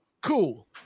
cool